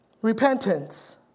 Repentance